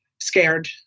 scared